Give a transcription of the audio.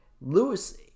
Lewis